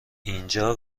اینجا